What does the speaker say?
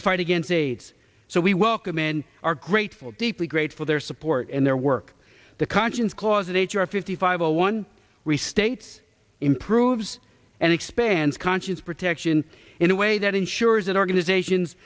the fight against aids so we welcome and are grateful deeply grateful their support and their work the conscience clause in h r fifty five zero one restates improves and expands conscious protection in a way that ensures that organizations